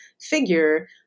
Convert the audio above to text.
figure